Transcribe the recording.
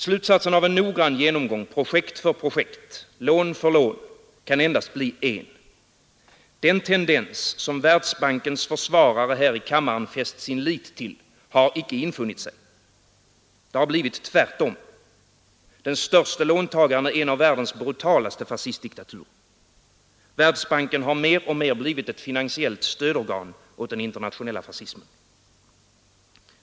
Slutsatsen av en noggrann genomgång projekt för projekt, lån för lån kan endast bli en: den tendens som Världsbankens försvarare här i kammaren fäst sin lit till har inte infunnit sig. Det har blivit tvärtom. Den störste låntagaren är en av världens brutalaste fascistdiktaturer. Världsbanken har mer och mer blivit en finansiellt stödorgan åt den internationella fascismen.